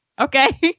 okay